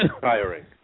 tiring